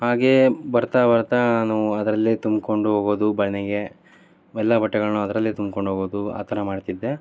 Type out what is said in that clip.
ಹಾಗೆ ಬರ್ತಾ ಬರ್ತಾ ನಾನು ಅದರಲ್ಲೇ ತುಂಬಿಕೊಂಡು ಹೋಗೋದು ಮನೆಗೆ ಎಲ್ಲ ಬಟ್ಟೆಗಳನ್ನು ಅದರಲ್ಲೇ ತುಂಬ್ಕೊಂಡು ಹೋಗೋದು ಆ ಥರ ಮಾಡ್ತಿದ್ದೆ